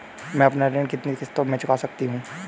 मैं अपना ऋण कितनी किश्तों में चुका सकती हूँ?